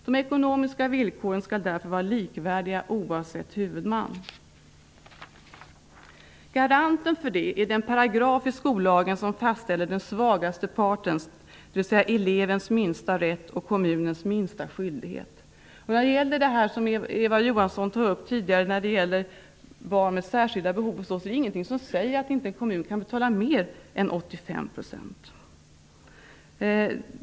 De ekonomiska villkoren skall därför vara likvärdiga oavsett vem som är huvudman. Garantin för detta är den paragraf i skollagen som fastställer den svagaste partens, dvs. elevens, minsta rätt och kommunens minsta skyldighet. Eva Johansson tog upp frågan om barn med särskilda behov. Det finns ingenting som säger att en kommun inte kan betala mer än 85 %.